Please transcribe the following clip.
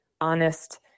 honest